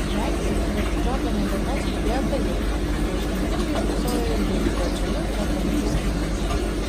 medyje virš džordano galvos tupėjo pelėda ir išmintingai spoksojo į jį plačiomis geltonomis akimis